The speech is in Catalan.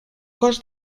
cos